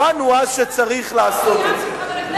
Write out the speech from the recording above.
הבנו אז שצריך לעשות את זה.